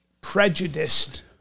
prejudiced